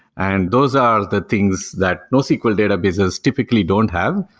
and those are the things that nosql databases typically don't have,